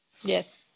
Yes